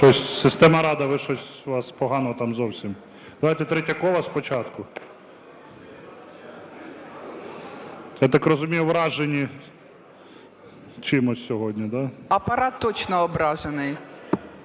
Апарат точно ображений.